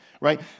right